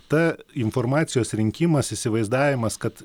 ta informacijos rinkimas įsivaizdavimas kad